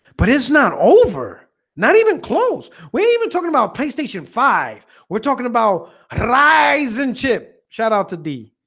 but it's not over not even close we even talking about playstation five we're talking about lies and chip shout-out to d